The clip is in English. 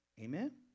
Amen